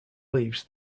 leaves